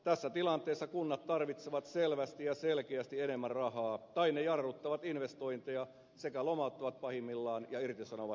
tässä tilanteessa kunnat tarvitsevat selvästi ja selkeästi enemmän rahaa tai ne jarruttavat investointeja sekä lomauttavat pahimmillaan ja irtisanovat väkeään